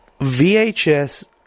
VHS